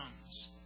comes